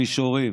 המישורים,